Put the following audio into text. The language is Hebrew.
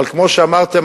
אבל כמו שאמרתם,